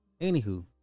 anywho